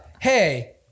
hey